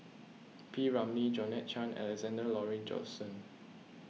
P Ramlee Georgette Chen and Alexander Laurie Johnston